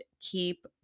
keep